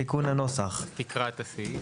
תקרא את הסעיף.